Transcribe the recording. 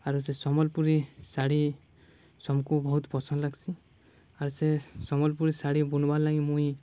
ଆରୁ ସେ ସମ୍ବଲପୁରୀ ଶାଢ଼ୀ ସମ୍କୁ ବହୁତ୍ ପସନ୍ଦ୍ ଲାଗ୍ସି ଆର୍ ସେ ସମ୍ବଲପୁରୀ ଶାଢ଼ୀ ବୁନ୍ବାର୍ ଲାଗି ମୁଇଁ